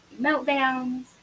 meltdowns